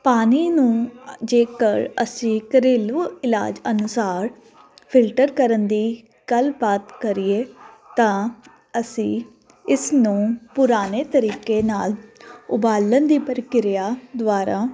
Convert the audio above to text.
ਪਾਣੀ ਨੂੰ ਜੇਕਰ ਅਸੀਂ ਘਰੇਲੂ ਇਲਾਜ ਅਨੁਸਾਰ ਫਿਲਟਰ ਕਰਨ ਦੀ ਗੱਲਬਾਤ ਕਰੀਏ ਤਾਂ ਅਸੀਂ ਇਸ ਨੂੰ ਪੁਰਾਣੇ ਤਰੀਕੇ ਨਾਲ ਉਬਾਲਣ ਦੀ ਪ੍ਰਕਿਰਿਆ ਦੁਆਰਾ